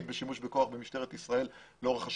בשימוש בכוח במשטרת ישראל לאורך השנים.